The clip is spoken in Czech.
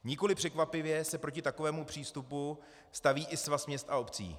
Nikoli překvapivě se proti takovému přístupu staví i Svaz měst a obcí.